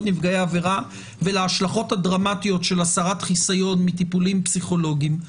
נפגעי עבירה ולהשלכות הדרמטיות של הסרת חיסיון מטיפולים פסיכולוגיים.